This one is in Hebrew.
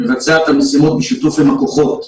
מבצע את המשימות בשיתוף עם הכוחות,